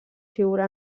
figura